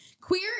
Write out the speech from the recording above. queer